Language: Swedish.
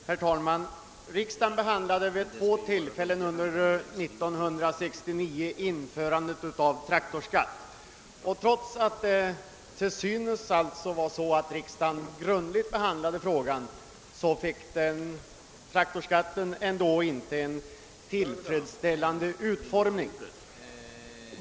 Herr talman! Riksdagen behandlade vid två tillfällen under 1969 införandet av traktorskatt. Trots att riksdagen sålunda till synes grundligt behandlade frågan fick traktorskatten ändå inte en tillfredsställande utformning.